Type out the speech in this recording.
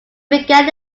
began